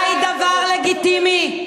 היא דבר לגיטימי.